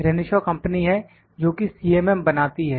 रेनिशा company है जोकि CMM बनाती है